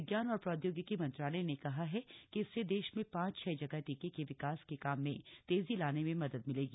विज्ञान और प्रौद्योगिकी मंत्रालय ने कहा है कि इससे देश में पांच छह जगह टीके के विकास के काम में तेजी लाने में मदद मिलेगी